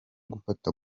gufata